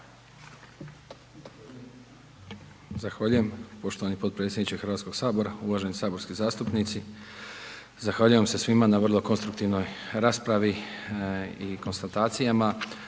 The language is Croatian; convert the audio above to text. Zahvaljujem poštovani potpredsjedniče HS, uvaženi saborski zastupnici, zahvaljujem se svima na vrlo konstruktivnoj raspravi i konstatacijama.